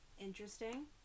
interesting